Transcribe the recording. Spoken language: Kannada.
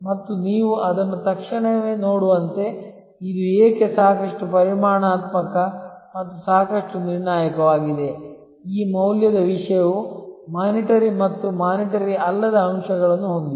ಮತ್ತು ನೀವು ಅದನ್ನು ತಕ್ಷಣವೇ ನೋಡುವಂತೆ ಇದು ಏಕೆ ಸಾಕಷ್ಟು ಪರಿಮಾಣಾತ್ಮಕ ಮತ್ತು ಸಾಕಷ್ಟು ನಿರ್ಣಾಯಕವಾಗಿದೆ ಈ ಮೌಲ್ಯದ ವಿಷಯವು ವಿತ್ತೀಯಮತ್ತು ವಿತ್ತೀಯಅಲ್ಲದ ಅಂಶಗಳನ್ನು ಹೊಂದಿದೆ